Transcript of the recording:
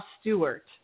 Stewart